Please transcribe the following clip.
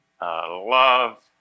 love